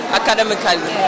academically